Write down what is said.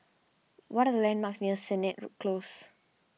what are the landmarks near Sennett Close